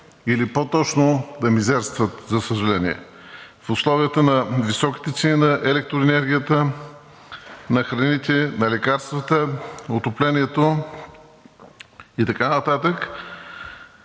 или по-точно да мизерстват, за съжаление, в условията на високите цени на електроенергията, на храните, на лекарствата, отоплението и така нататък,